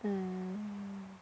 mm